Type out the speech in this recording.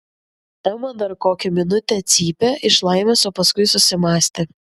ema dar kokią minutę cypė iš laimės o paskui susimąstė